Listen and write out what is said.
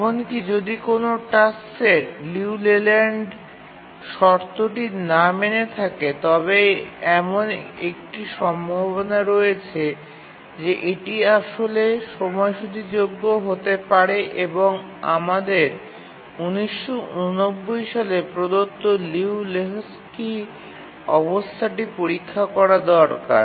এমনকি যদি কোনও টাস্ক সেট লিউ লেল্যান্ডল্যান্ড শর্তটি না মেনেও থাকে তবে এমন একটি সম্ভাবনা রয়েছে যে এটি আসলে সময়সূচীযোগ্য হতে পারে এবং আমাদের ১৯৮৯ সালে প্রদত্ত লিউ লেহোকস্কি অবস্থাটি পরীক্ষা করা দরকার